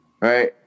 right